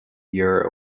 year